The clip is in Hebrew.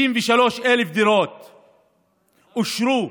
63,000 דירות אושרו.